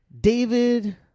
David